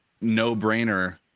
no-brainer